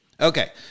Okay